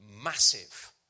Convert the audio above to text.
massive